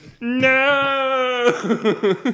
No